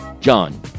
John